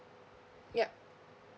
yup